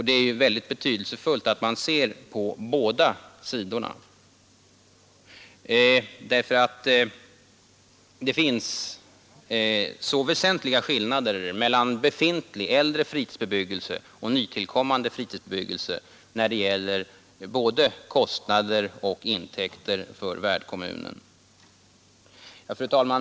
Det är ju väldigt betydelsefullt att man ser på båda sidorna, eftersom det finns så väsentliga skillnader mellan befintlig äldre fritidsbebyggelse och nytillkommande fritidsbebyggelse när det gäller såväl kostnader som intäkter för värdkommunen. Fru talman!